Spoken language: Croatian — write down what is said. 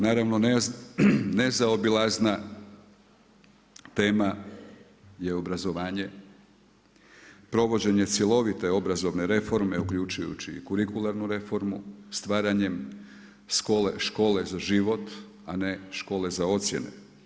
Naravno, nezaobilazna tema je obrazovanje, provođenje cjelovite obrazovne reforme uključujući i kurikularnu reformu stvaranjem škole za život, a ne škole za ocjene.